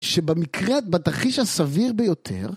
שבמקרה-בתרחיש הסביר ביותר,